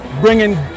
bringing